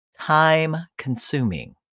time-consuming